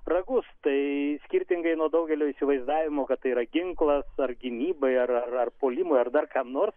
ragus tai skirtingai nuo daugelio įsivaizdavimo kad tai yra ginklas ar gynybai ar ar ar puolimui ar dar kam nors